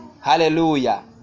Hallelujah